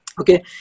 Okay